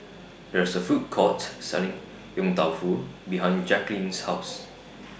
There IS A Food Court Selling Yong Tau Foo behind Jacqulyn's House